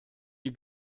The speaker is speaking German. die